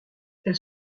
elle